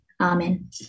Amen